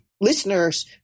listeners